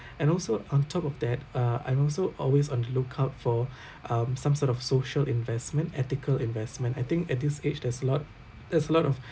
and also on top of that uh I'm also always on the lookout for um some sort of social investment ethical investment I think at this age there's a lot there's a lot of